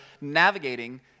navigating